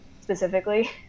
specifically